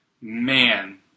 man